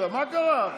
מה קרה?